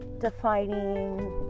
defining